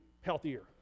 healthier